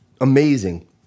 amazing